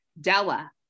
Della